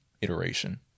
iteration